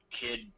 kid